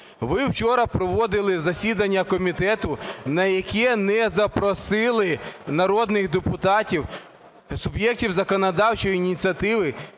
Ви вчора проводили засідання комітету, на яке не запросили народних депутатів - суб'єктів законодавчої ініціативи.